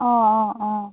অঁ অঁ অঁ